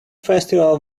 festival